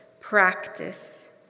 practice